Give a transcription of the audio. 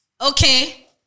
Okay